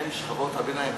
עם שכבות הביניים.